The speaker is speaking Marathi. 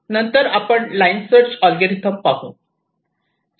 नंतर आपण लाईन सर्च अल्गोरिदम पाहू